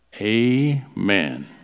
Amen